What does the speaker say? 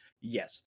Yes